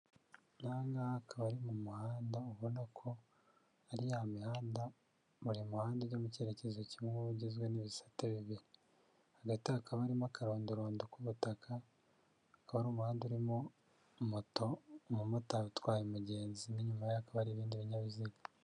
Nanka akaba ari mu muhanda ubona ko ari ya mihanda buri muhanda ujya mu cyerekezo kimwe ugizwe n'ibisate bibiri hagati hakaba harimo akarondorodo k''ubutaka akaba ari umuhanda urimo moto umumotari utwaye umugenzi n' inyumaye hakaba hari, ibindi binyabiziga.